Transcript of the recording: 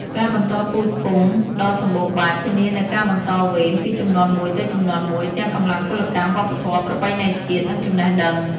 ការបន្តពូជពង្សដ៏សម្បូរបែប ធានានូវការបន្តវេន ពីជំនាន់មួយទៅជំនាន់មួយ ទាំងកម្លាំងពលកម្ម វប្បធម៌ ប្រពៃណីជាតិ និងចំណេះដឹង។